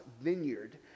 vineyard